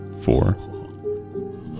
four